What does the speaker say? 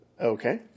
Okay